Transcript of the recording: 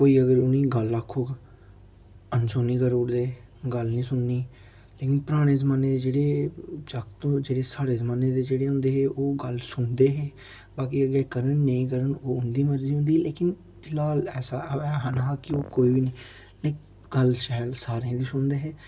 कोई अगर उ'नेंगी गल्ल आक्खो अनसुनी करी ओड़दे गल्ल नी सुननी लेकिन पराने जमाने दे जेह्ड़े जागत जेह्ड़े साढ़े जमाने दे जेह्ड़े होंदे हे ओह् गल्ल सुनदे हे बाकी अग्गै करन नी करन ओह् उं'दी मर्जी होंदी ही लेकिन फिलहाल ऐसा ऐ नेहा कि ओह् कोई बी नेईं गल्ल शैल सारें दी सुनदे हे